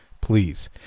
please